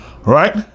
Right